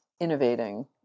innovating